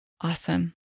awesome